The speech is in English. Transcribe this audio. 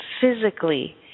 physically